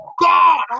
God